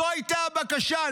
זו הייתה הבקשה.